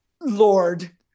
Lord